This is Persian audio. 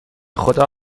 خدا